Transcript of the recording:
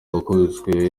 wakubiswe